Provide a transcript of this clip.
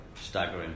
Staggering